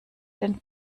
den